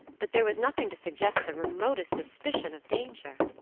but there was nothing to suggest the remotest suspicion of danger.